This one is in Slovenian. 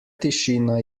tišina